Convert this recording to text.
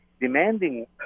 demanding